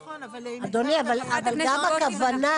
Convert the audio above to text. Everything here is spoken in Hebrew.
נכון, אבל היא נסמכת על עיצום מינהלי.